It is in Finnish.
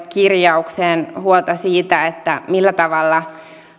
kirjaukseen nuorisovaltuustoista huolta siitä millä tavalla